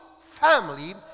family